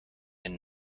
den